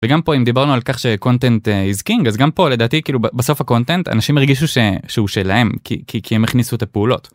וגם פה אם דיברנו על כך שקונטנט איז קינג אז גם פה לדעתי כאילו בסוף הקונטנט אנשים הרגישו שהוא שלהם כי כי כי הם הכניסו את הפעולות.